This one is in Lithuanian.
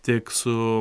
tiek su